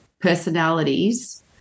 personalities